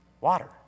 water